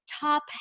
top